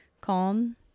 calm